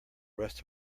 rest